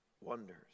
wonders